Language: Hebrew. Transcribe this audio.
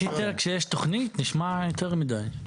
רק היתר כשיש תכנית, נשמע יותר מדי.